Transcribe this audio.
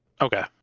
Okay